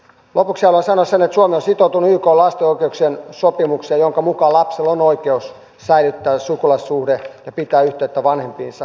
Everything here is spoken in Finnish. lopuksi haluan sanoa sen että suomi on sitoutunut ykn lasten oikeuksien sopimukseen jonka mukaan lapsella on oikeus säilyttää sukulaissuhde ja pitää yhteyttä vanhempiinsa